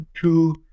two